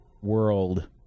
world